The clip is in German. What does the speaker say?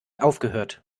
aufgehört